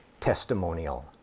testimonial